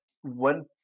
one